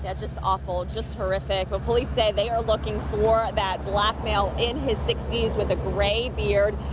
yeah just awful, just horrific. police say they are looking for that black male in his sixty s with a gray beard,